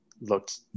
looked